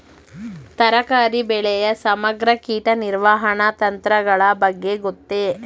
ತರಕಾರಿ ಬೆಳೆಯ ಸಮಗ್ರ ಕೀಟ ನಿರ್ವಹಣಾ ತಂತ್ರಗಳ ಬಗ್ಗೆ ಗೊತ್ತೇ?